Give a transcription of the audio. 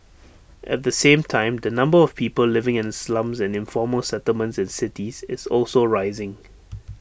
at the same time the number of people living in slums and informal settlements in cities is also rising